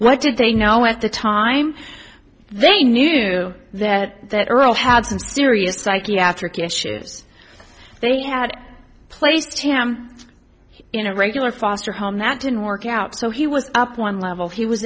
did they know at the time they knew that that earl had some serious psychiatric issues they had placed him in a regular foster home that didn't work out so he was up one level he was